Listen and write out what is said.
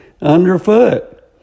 underfoot